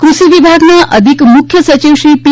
કુષિ વિભાગના અધિક મુખ્ય સચિવશ્રી પી